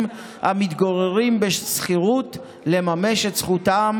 המתגוררים בשכירות לממש את זכותם,